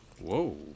whoa